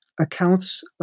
accounts